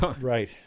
Right